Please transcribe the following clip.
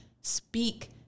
speak